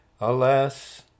Alas